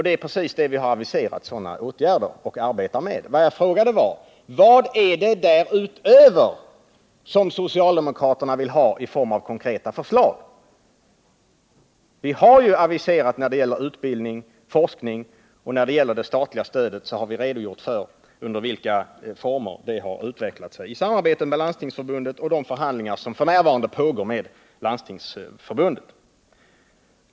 Det är precis sådana åtgärder vi har aviserat och arbetar med. Vad jag frågade var: Vad är det därutöver som socialdemokraterna vill ha i form av konkreta förslag? Vi har ju när det gäller utbildning, forskning och det statliga stödet redogjort för under vilka former det har utvecklat sig i samarbete med Landstingsförbundet och i de förhandlingar som f. n. pågår med Landstingsförbundet.